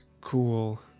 cool